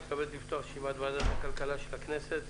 אני מתכבד לפתוח את ישיבת ועדת הכלכלה של הכנסת.